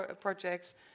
projects